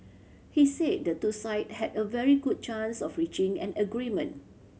he said the two side had a very good chance of reaching an agreement